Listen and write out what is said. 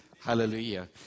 hallelujah